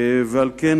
על כן,